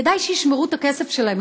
כדאי שישמרו את הכסף שלהם,